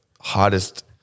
hottest